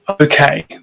Okay